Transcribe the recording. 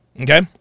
okay